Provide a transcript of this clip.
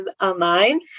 online